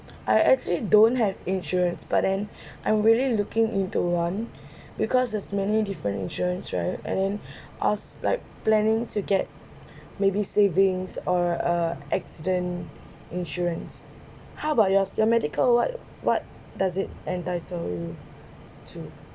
I actually don't have insurance but then I'm really looking into one because there's many different insurance right and then I was like planning to get maybe savings or uh accident insurance how about yours your medical what what does it entitled to